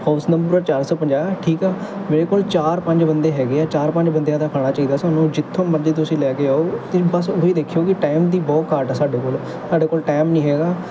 house number ਚਾਰ ਸੌ ਪੰਜਾਹ ਠੀਕ ਆ ਮੇਰੇ ਕੋਲ ਚਾਰ ਪੰਜ ਬੰਦੇ ਹੈਗੇ ਆ ਚਾਰ ਪੰਜ ਬੰਦਿਆਂ ਦਾ ਖਾਣਾ ਚਾਹੀਦਾ ਸਾਨੂੰ ਜਿੱਥੋਂ ਮਰਜ਼ੀ ਤੁਸੀਂ ਲੈ ਕੇ ਆਓ ਤੁਸੀਂ ਬਸ ਉਹ ਹੀ ਦੇਖਿਓ ਕਿ ਟਾਈਮ ਦੀ ਬਹੁਤ ਘਾਟ ਆ ਸਾਡੇ ਕੋਲ ਸਾਡੇ ਕੋਲ ਟਾਈਮ ਨਹੀਂ ਹੈਗਾ